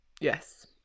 Yes